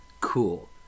cool